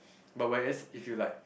but whereas if you like